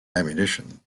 ammunition